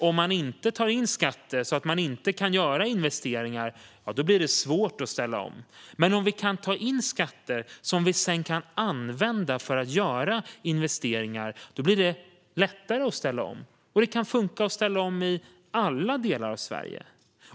Om man inte tar in skatter och därför inte kan göra investeringar är det klart att det blir svårt att ställa om, men om vi kan ta in skatter som sedan kan användas för att göra investeringar blir det lättare att ställa om. Det kan funka att ställa om i alla delar av Sverige.